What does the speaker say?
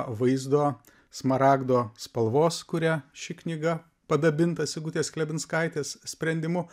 vaizdo smaragdo spalvos kuria ši knyga padabinta sigutės klevinskaitės sprendimu